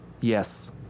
Yes